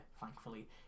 Thankfully